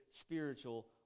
spiritual